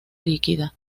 líquida